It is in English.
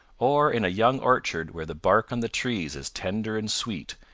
or in a young orchard where the bark on the trees is tender and sweet,